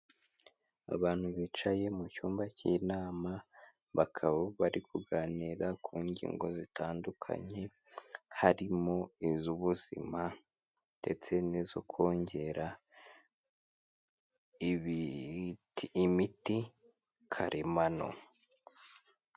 Abantu bicaye mu cyumba cy'inama, bakaba bari kuganira ku ngingo zitandukanye, harimo iz'ubuzima ndetse n'izo kongera imiti karemano.